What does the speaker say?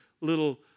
little